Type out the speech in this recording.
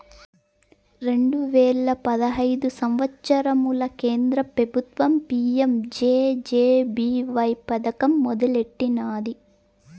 రెండు వేల పదహైదు సంవత్సరంల కేంద్ర పెబుత్వం పీ.యం జె.జె.బీ.వై పదకం మొదలెట్టినాది